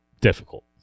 difficult